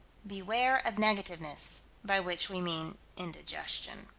beware of negativeness, by which we mean indigestion.